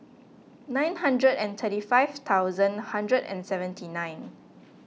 nine hundred and thirty five thousand hundred and seventy nine